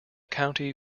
county